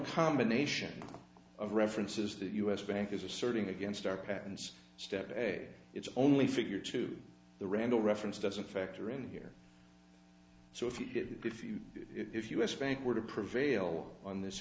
combination of references that us bank is asserting against our patents step today it's only figure two the randall reference doesn't factor in here so if you get if you if us bank were to prevail on this